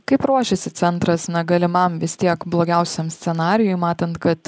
kaip ruošiasi centras na galimam vis tiek blogiausiam scenarijui matant kad